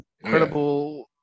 incredible